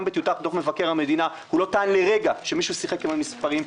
גם בטיוטת דוח מבקר המדינה הוא לא טען לרגע שמישהו שיחק עם המספרים.